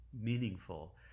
meaningful